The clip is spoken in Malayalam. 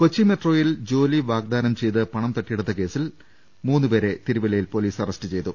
കൊച്ചി മെട്രോയിൽ ജോലി വാഗ്ദാനം ചെയ്ത് പണം തട്ടി യെടുത്ത കേസിൽ മൂന്നു പേരം തിരുവല്ലയിൽ പൊലീസ് അറസ്റ്റ് ചെയ്തു